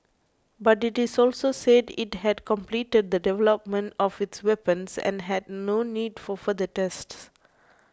but it is also said it had completed the development of its weapons and had no need for further tests